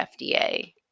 FDA